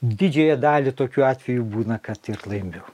didžiąją dalį tokių atvejų būna kad ir laimiu